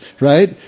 right